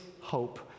hope